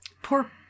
Poor